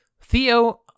Theo